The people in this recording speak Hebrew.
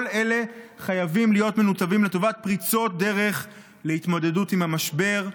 כל אלה חייבים להיות מנותבים לטובת פריצות דרך לשם התמודדות עם המשבר.